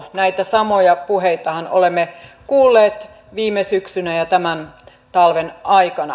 näitä samoja puheitahan olemme kuulleet viime syksynä ja tämän talven aikana